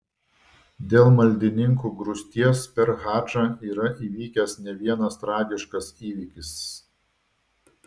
dėl maldininkų grūsties per hadžą yra įvykęs ne vienas tragiškas įvykis